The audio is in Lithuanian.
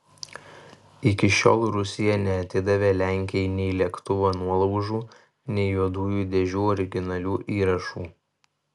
iki šiol rusija neatidavė lenkijai nei lėktuvo nuolaužų nei juodųjų dėžių originalių įrašų